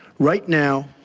right now,